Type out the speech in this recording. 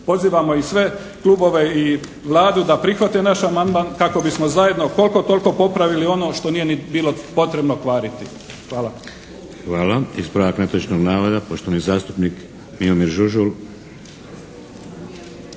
Pozivamo i sve klubove i Vladu da prihvate naš amandman kako bismo zajedno koliko toliko popravili ono što nije bilo ni potrebno kvariti. Hvala. **Šeks, Vladimir (HDZ)** Hvala. Ispravak netočnog navoda poštovani zastupnik Miomir Žužul.